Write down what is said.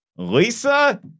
Lisa